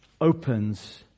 opens